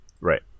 Right